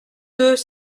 deux